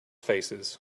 faces